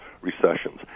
recessions